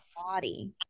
body